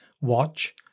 watch